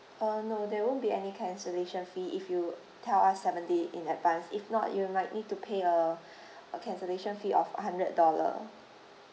uh no there won't be any cancellation fee if you tell us seven day in advance if not you might need to pay uh a cancellation fee of hundred dollar